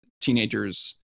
teenagers